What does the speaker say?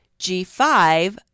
G5